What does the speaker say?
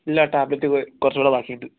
ഇല്ല ടാബ്ലെറ്റ് കുറച്ചുകൂടെ ബാക്കിയുണ്ട്